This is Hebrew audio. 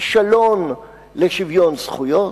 הכישלון להשיג שוויון זכויות,